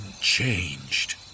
changed